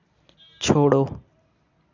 छोड़ो